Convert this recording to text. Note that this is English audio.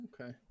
Okay